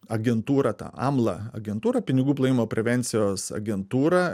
agentūra ta amla agentūra pinigų plovimo prevencijos agentūra